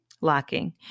Locking